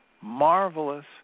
marvelous